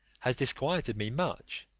has disquieted me much,